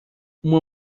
uma